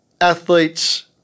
athletes